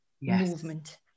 movement